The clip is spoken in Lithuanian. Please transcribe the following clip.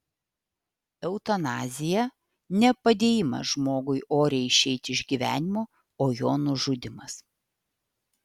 eutanazija ne padėjimas žmogui oriai išeiti iš gyvenimo o jo nužudymas